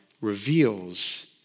reveals